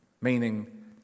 meaning